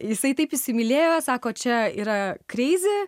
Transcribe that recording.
jisai taip įsimylėjo sako čia yra krizė